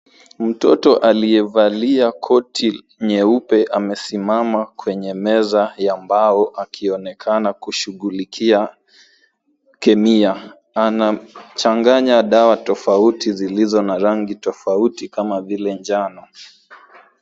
Mtoto aliyevalia koti nyeupe amesimama kwenye meza ya mbao akionekana kushughulikia kemia. Anachanganya dawa tofauti zilizo na rangi tofauti kama vile njano.